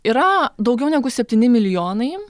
yra daugiau negu septyni milijonai